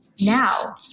now